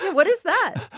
what is that.